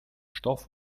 stoff